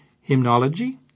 hymnology